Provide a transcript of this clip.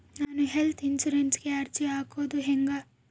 ನಾನು ಹೆಲ್ತ್ ಇನ್ಸುರೆನ್ಸಿಗೆ ಅರ್ಜಿ ಹಾಕದು ಹೆಂಗ?